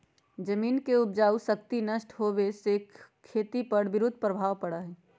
जमीन के उपजाऊ शक्ति नष्ट होवे से खेती पर विरुद्ध प्रभाव पड़ा हई